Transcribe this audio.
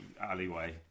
alleyway